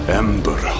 ember